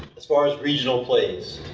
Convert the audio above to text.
as far as regional plains,